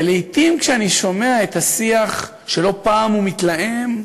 ולעתים, כשאני שומע את השיח, שלא פעם הוא מתלהם,